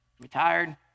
Retired